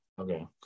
okay